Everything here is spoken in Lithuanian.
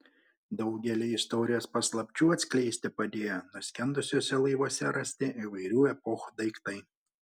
daugelį istorijos paslapčių atskleisti padėjo nuskendusiuose laivuose rasti įvairių epochų daiktai